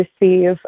receive